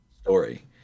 story